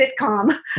sitcom